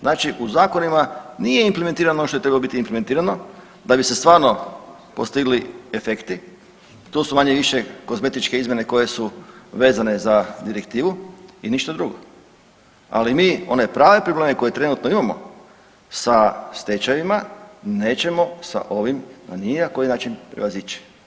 Znači u zakonima nije implementirano ono što je trebalo biti implementirano da bi se stvarno postigli efekti, to su manje-više kozmetičke izmjene koje su vezane za direktivu i ništa drugo, ali mi one prave probleme koje trenutno imamo sa stečajevima nećemo sa ovim na ni na koji način prevazići.